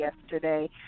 yesterday